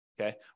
okay